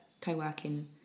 co-working